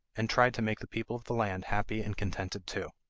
and tried to make the people of the land happy and contented too.